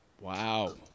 Wow